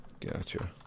Gotcha